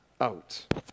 out